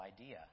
idea